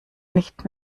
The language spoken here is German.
nicht